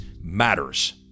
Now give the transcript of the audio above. matters